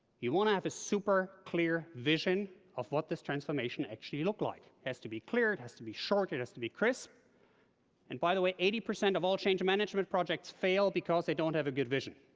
you want to have a super clear vision of what this transformation actually look like. has to be clear, has to be short, has to be crisp and by the way, eighty percent of all change management projects fail because they don't have a good vision.